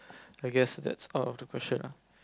I guess that's out of the question ah